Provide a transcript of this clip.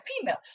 female